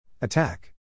Attack